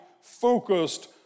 focused